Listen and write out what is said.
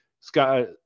Scott